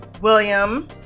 william